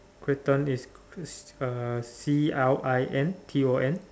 Clinton is uh C L I N T O N